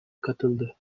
katıldı